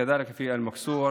בבסמת-טבעון היה מכרז שהסתבר